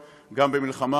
כן כן.